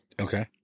Okay